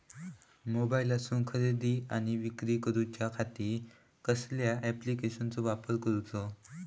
मोबाईलातसून खरेदी आणि विक्री करूच्या खाती कसल्या ॲप्लिकेशनाचो वापर करूचो?